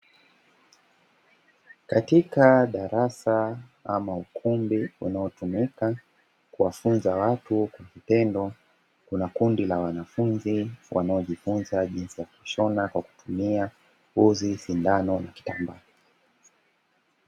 Katika darasa ama ukumbi unaotumika kuwafunza watu kwa vitendo, kuna kundi la wanafunzi wanaojifunza jinsi ya kushona kwa kutumia uzi, sindano na kitambaa.